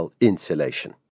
insulation